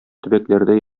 төбәкләрдә